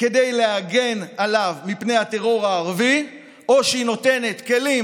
כדי להגן עליו מפני הטרור הערבי או שהיא נותנת כלים